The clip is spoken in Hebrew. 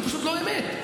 זה פשוט לא אמת.